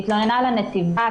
היא התלוננה לנציבה,